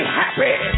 happy